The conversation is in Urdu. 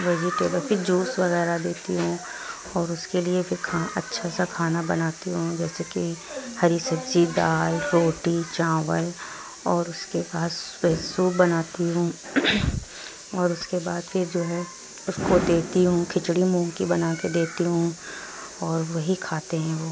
ویجٹیبل پھر جوس وغیرہ دیتی ہوں اور اس کے لیے پھر کھان اچھا سا کھانا بناتی ہوں جیسے کہ ہری سبزی دال روٹی چاول اور اس کے بعد سو سوپ بناتی ہوں اور اس کے بعد پھر جو ہے اس کو دیتی ہوں کھچڑی مونگ کی بنا کے دیتی ہوں اور وہی کھاتے ہیں وہ